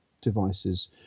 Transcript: devices